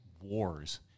wars